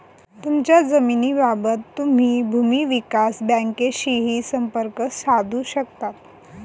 तुमच्या जमिनीबाबत तुम्ही भूमी विकास बँकेशीही संपर्क साधू शकता